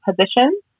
position